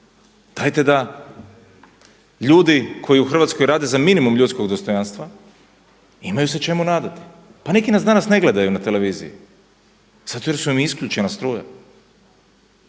Dajte da ljudi koji u Hrvatskoj rade za minimum ljudskog dostojanstva imaju se čemu nadati. Pa neki nas danas ne gledaju na televiziji zato jer i je isključena struja.